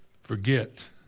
forget